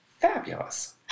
fabulous